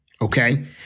okay